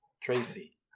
Tracy